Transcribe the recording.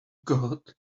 got